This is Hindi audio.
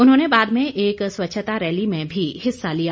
उन्होंने बाद में एक स्वच्छता रैली में भी हिस्सा लिया